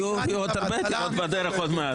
יהיו עוד הרבה עתירות בדרך עוד מעט.